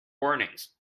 warnings